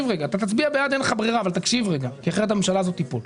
אין תעדוף בפנים.